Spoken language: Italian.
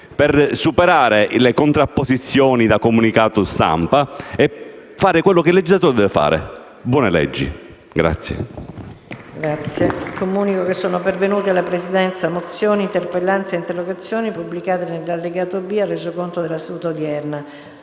per superare le contrapposizioni da comunicato stampa e fare quello che il legislatore deve fare: buone leggi.